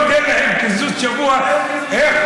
אם לא ניתן להם קיזוז שבוע, אין קיזוזים.